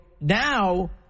Now